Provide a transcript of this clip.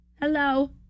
Hello